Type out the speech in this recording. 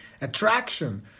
attraction